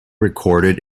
recorded